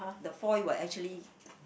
the foil will actually